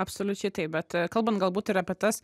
absoliučiai taip bet kalbant galbūt ir apie tas